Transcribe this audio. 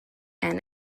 and